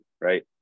Right